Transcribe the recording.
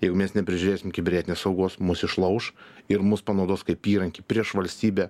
jeigu mes neprižiūrėsim kibernetinės saugos mus išlauš ir mus panaudos kaip įrankį prieš valstybę